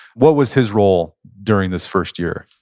what was his role during this first year?